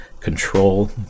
Control